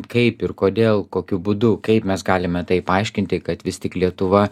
kaip ir kodėl kokiu būdu kaip mes galime tai paaiškinti kad vis tik lietuva